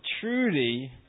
truly